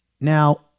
Now